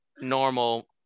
normal